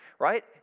right